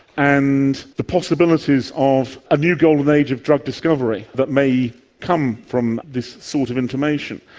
and the possibilities of a new golden age of drug discovery that may come from this sort of information.